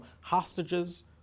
hostages